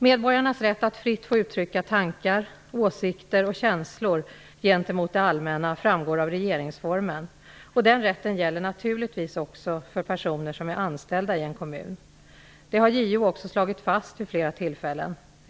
Medborgarnas rätt att fritt få uttrycka tankar, åsikter och känslor gentemot det allmänna framgår av regeringsformen . Denna rätt gäller naturligtvis också för personer som är anställda i en kommun. Det har JO också slagit fast vid flera tillfällen.